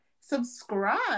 subscribe